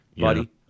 buddy